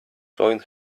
joined